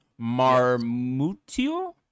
marmutio